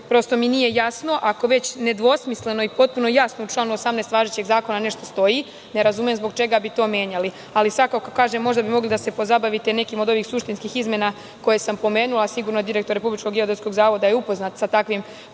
mi nije jasno, ako već nedvosmisleno i potpuno jasno u članu 18. važećeg zakona nešto stoji, ne razumem zbog čega bi to menjali, ali svakako kažem, možda bi mogli da se pozabavite nekim od ovih suštinskih izmena koje sam pomenula. Sigurno je direktor RGZ je upoznat sa takvim